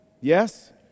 Yes